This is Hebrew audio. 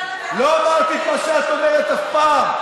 לא אמרתי אף פעם את מה שאת אומרת אף פעם.